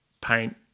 paint